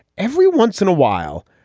every once in a while,